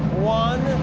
one.